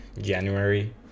january